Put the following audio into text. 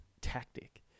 tactic